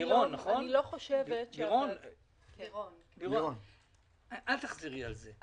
לירון, אל תחזרי על זה,